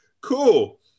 cool